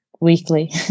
weekly